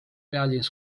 pealinnas